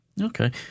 Okay